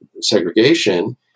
segregation